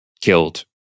killed